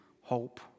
hope